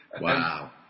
Wow